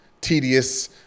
tedious